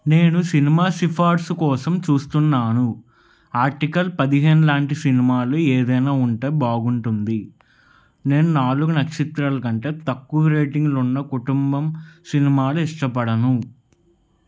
నేను సినిమా సిఫార్సు కోసం చూస్తున్నాను ఆర్టికల్ పదిహేను లాంటి సినిమాలు ఏదైనా ఉంటే బాగుంటుంది నేను నాలుగు నక్షత్రాలు కంటే తక్కువ రేటింగ్లు ఉన్న కుటుంబం సినిమాలు ఇష్టపడను